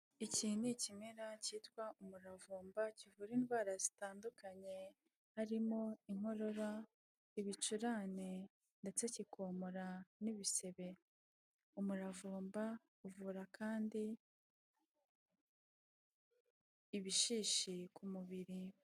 Iki ni ikimera cyitwa umuravumba, kivura indwara zitandukanye harimo inkorora, ibicurane ndetse kikomora n'ibisebe. Umuravumba uvura kandi ibishishi ku mubiri.